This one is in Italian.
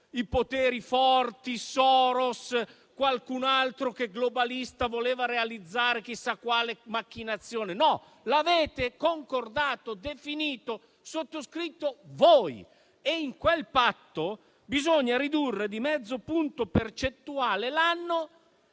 i poteri forti, Soros o qualche altro globalista che voleva realizzare chissà quale macchinazione, ma l'avete concordato, definito e sottoscritto voi - l'obbligo di ridurre di mezzo punto percentuale l'anno